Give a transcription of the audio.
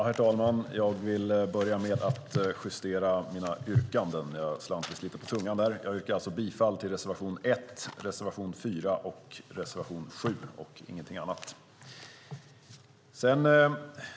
Herr talman! Jag vill börja med att justera mina yrkanden - jag slant visst lite på tungan tidigare. Jag yrkar alltså bifall till reservationerna 1, 4 och 7 och ingenting annat.